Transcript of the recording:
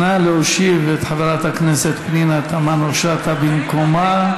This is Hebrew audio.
נא להושיב את חברת הכנסת פנינה תמנו-שטה במקומה.